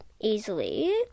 easily